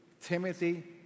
Timothy